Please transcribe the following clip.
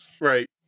Right